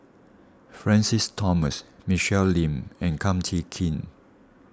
Francis Thomas Michelle Lim and Kum Chee Kin